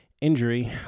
injury